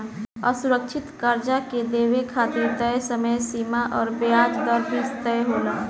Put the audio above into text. असुरक्षित कर्जा के देवे खातिर तय समय सीमा अउर ब्याज दर भी तय होला